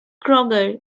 kroger